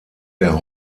der